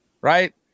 right